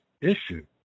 issue